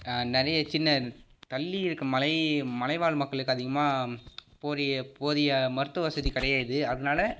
நிறைய சின்ன தள்ளி இருக்க மலை மலைவாழ் மக்களுக்கு அதிகமாக போதிய போதிய மருத்துவ வசதி கிடயாது அதனால